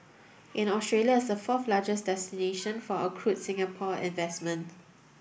and Australia is the fourth largest destination for accrued Singapore investment